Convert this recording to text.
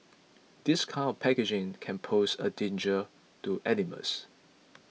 this kind of packaging can pose a danger to animals